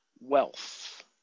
wealth